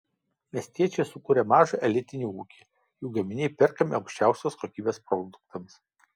miestiečiai sukūrė mažą elitinį ūkį jų gaminiai perkami aukščiausios kokybės produktams